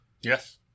Yes